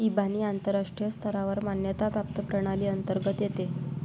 इबानी आंतरराष्ट्रीय स्तरावर मान्यता प्राप्त प्रणाली अंतर्गत येते